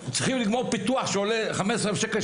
צריכים לגמור פיתוח שעולה 15 אלף שקל,